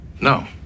No